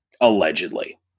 allegedly